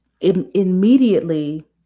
immediately